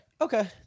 Okay